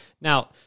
Now